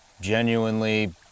genuinely